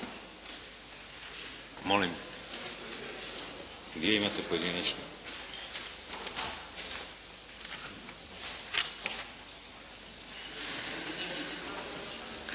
Molim? Vi imate pojedinačnu?